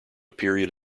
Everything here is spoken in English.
period